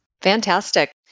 Fantastic